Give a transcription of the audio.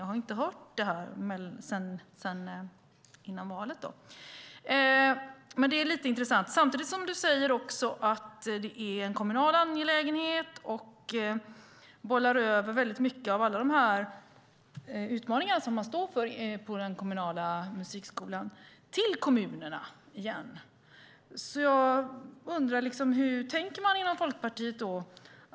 Jag har inte hört det sedan före valet. Samtidigt säger du att det är en kommunal angelägenhet, och du bollar över många av de utmaningar som man står inför inom den kommunala musikskolan till kommunerna igen. Jag undrar hur man tänker inom Folkpartiet.